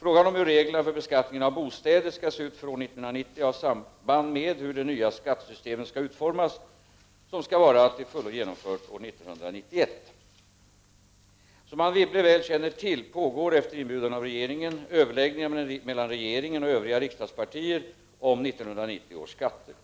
Frågan om hur reglerna för beskattning av bostäder skall se ut för år 1990 har samband med hur det nya skattesystemet skall utformas, som skall vara till fullo genomfört år 1991. Som Anne Wibble väl känner till pågår, efter inbjudan av regeringen, överläggningar mellan regeringen och övriga riksdagspartier om 1990 års skatter.